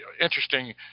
interesting